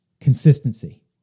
consistency